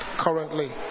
currently